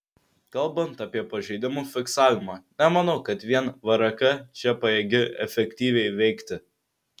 kalbant apie pažeidimų fiksavimą nemanau kad vien vrk čia pajėgi efektyviai veikti